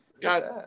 Guys